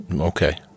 Okay